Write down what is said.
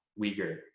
Uyghur